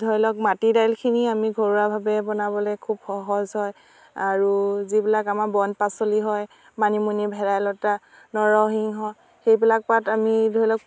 ধৰি লওক মাটি দাইলখিনি আমি ঘৰুৱাভাৱে বনাবলৈ খুব সহজ হয় আৰু যিবিলাক আমাৰ বন পাচলি হয় মানিমুনি ভেদাইলতা নৰসিংহ সেইবিলাক পাত আমি ধৰি লওক